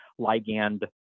ligand